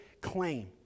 claim